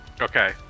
Okay